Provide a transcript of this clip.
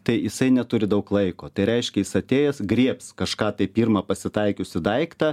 tai jisai neturi daug laiko tai reiškia jis atėjęs griebs kažką tai pirmą pasitaikiusį daiktą